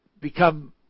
become